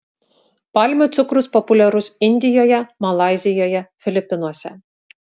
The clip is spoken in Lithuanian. palmių cukrus populiarus indijoje malaizijoje filipinuose